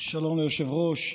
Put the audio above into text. שלום, היושב-ראש.